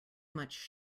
much